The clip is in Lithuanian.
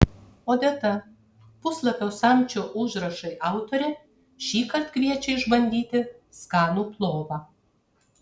odeta puslapio samčio užrašai autorė šįkart kviečia išbandyti skanų plovą